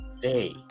day